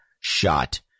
shot